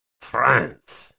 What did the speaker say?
France